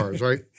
right